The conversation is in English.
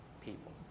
people